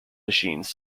machines